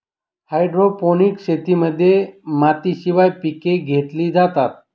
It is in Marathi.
हायड्रोपोनिक्स शेतीमध्ये मातीशिवाय पिके घेतली जातात